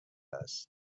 است